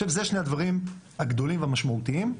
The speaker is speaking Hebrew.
אלה שני הדברים הגדולים והמשמעותיים.